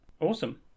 Awesome